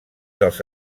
dels